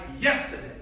yesterday